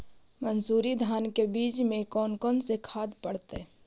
मंसूरी धान के बीज में कौन कौन से खाद पड़तै?